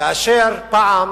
כאשר פעם